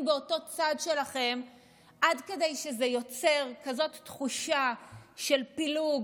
באותו צד שלכם עד כדי שזה יוצר כזאת תחושה של פילוג,